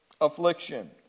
affliction